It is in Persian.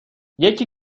یکی